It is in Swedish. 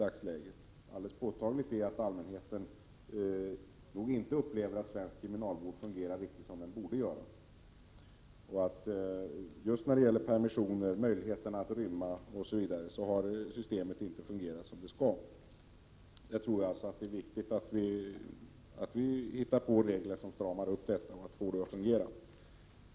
Alldeles påtagligt är att allmänheten inte upplever att svensk kriminalvård fungerar riktigt som den borde göra. Systemet har inte fungerat som det skall beträffande permissioner, möjligheten att rymma osv. Jag tror att det är viktigt att vi hittar regler som stramar upp detta förhållande och får systemet att fungera.